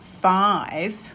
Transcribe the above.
five